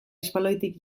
espaloitik